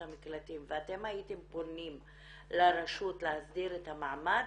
המקלטים והייתם פונים לרשות להסדיר את המעמד,